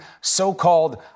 so-called